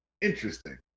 Interesting